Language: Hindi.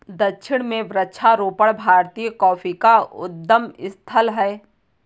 दक्षिण में वृक्षारोपण भारतीय कॉफी का उद्गम स्थल है